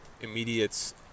immediate